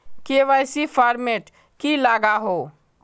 KYC format की लागोहो?